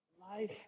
life